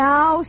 Now